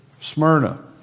Smyrna